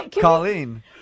Colleen